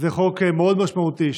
זה חוק מאוד משמעותי,